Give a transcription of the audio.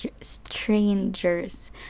strangers